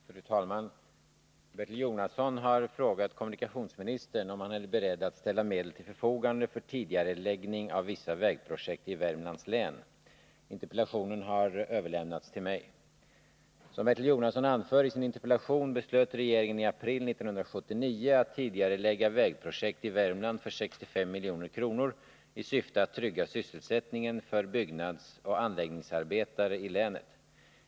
Fru talman! Bertil Jonasson har frågat kommunikationsministern om han är beredd att ställa medel till förfogande för tidigareläggning av vissa vägprojekt i Värmlands län. Interpellationen har överlämnats till mig. Som Bertil Jonasson anför i sin interpellation beslöt regeringen i april 1979 att tidigarelägga vägobjekt i Värmland för 65 milj.kr. i syfte att trygga sysselsättningen för byggnadsoch anläggningsarbetare i länet.